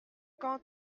quand